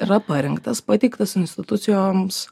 yra parinktas pateiktas institucijoms